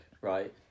right